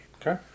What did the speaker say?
Okay